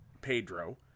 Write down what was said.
Pedro